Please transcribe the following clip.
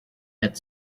had